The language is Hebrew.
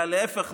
להפך,